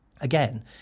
again